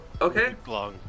okay